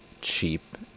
cheap